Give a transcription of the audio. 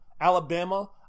Alabama